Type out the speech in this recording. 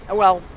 well,